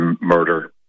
murder